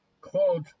quote